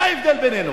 זה ההבדל בינינו.